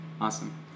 Awesome